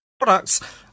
products